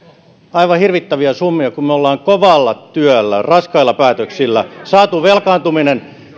aivan hirvittäviä summia kun me olemme kovalla työllä raskailla päätöksillä saaneet velkaantumisen